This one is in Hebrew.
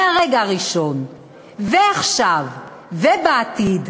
מהרגע הראשון ועכשיו ובעתיד,